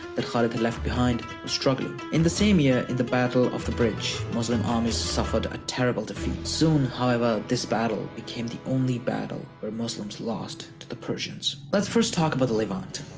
that khalid had left behind were struggling. in the same year, in the battle of the bridge, muslim armies suffered a terrible defeat. soon, however, this battle became the only battle where muslims lost to the persians. let's first talk about the levant.